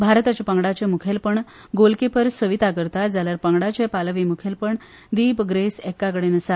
भारताच्या पंगडाचे मुखेलपण गोलकिपर सविता करता जाल्यार पंगडाचें पालवी मुखेलपण दिप ग्रेस एक्का कडेन आसा